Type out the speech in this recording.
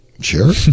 Sure